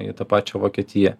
į tą pačią vokietiją